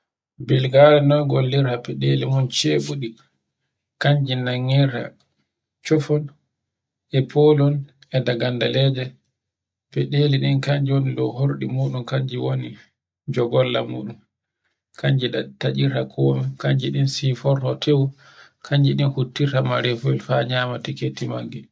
Bilgare noy wallirta feɗeli mun cheutuɗi ɗ kanji nangirta chuppon e folu, dagandaleji. Feɗeli ɗin kan joni hurɗi muɗum kanji woni walla muɗum kanji tatcirta komk, kanji foɗirta komi, kanji siforta tew, kanji ɗin huttirta marefuwel faa nyama tiketti majje